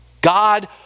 God